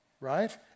right